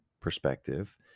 perspective